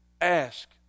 Ask